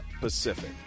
Pacific